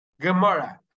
Gemara